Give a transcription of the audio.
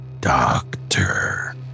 Doctor